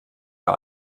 der